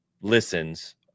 listens